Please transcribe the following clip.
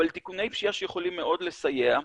אבל תיקוני חקיקה שיכולים מאוד לסייע,